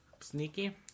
sneaky